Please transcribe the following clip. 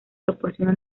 proporciona